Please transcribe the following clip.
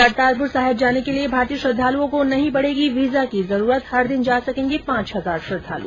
करतारपूर साहिब जाने के लिए भारतीय श्रद्वालुओं को नहीं पड़ेगी वीजा की जरूरत हर दिन जा सकेंगे पांच हजार श्रद्धालु